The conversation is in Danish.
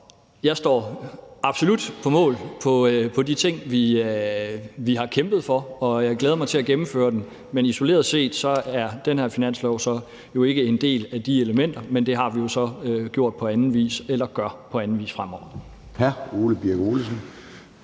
jeg står absolut på mål for de ting, vi har kæmpet for, og jeg glæder mig til at gennemføre dem, og isoleret set er den her finanslov jo så ikke en del af de elementer. Men det har vi jo så gjort på anden vis eller gør på anden vis fremover.